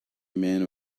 man